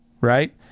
right